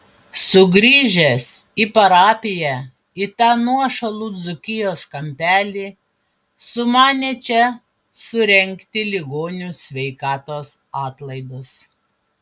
sugrįžęs į parapiją į tą nuošalų dzūkijos kampelį sumanė čia surengti ligonių sveikatos atlaidus